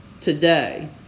today